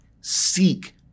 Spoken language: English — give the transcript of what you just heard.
seek